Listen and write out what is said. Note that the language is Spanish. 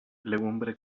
legumbre